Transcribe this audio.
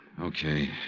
Okay